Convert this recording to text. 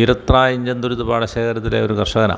ഈരത്ര ഇഞ്ചംതുരുത്ത് പാടശേഖരത്തിലെ ഒരു കർഷകനാണ്